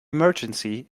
emergency